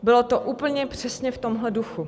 Bylo to úplně přesně v tomhle duchu.